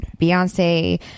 Beyonce